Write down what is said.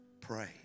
pray